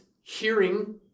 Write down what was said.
hearing